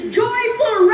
joyful